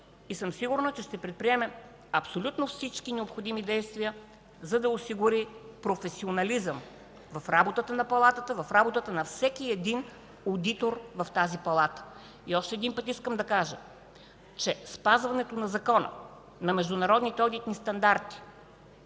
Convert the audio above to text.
съм, че ще предприеме абсолютно всички необходими действия, за да осигури професионализъм в работата на Палатата, в работата на всеки одитор в тази Палата. Още веднъж искам да кажа, че спазването на Закона, на международните одитни стандарти,